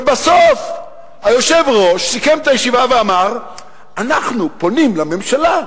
ובסוף היושב-ראש סיכם את הישיבה ואמר: אנחנו פונים לממשלה,